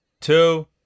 two